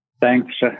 Thanks